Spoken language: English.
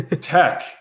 tech